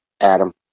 Adam